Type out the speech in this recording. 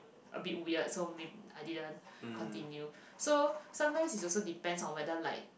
a bit weird so maybe I didn't continue so sometimes it's also depends on whether like